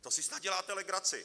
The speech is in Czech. To si snad děláte legraci!